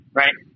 right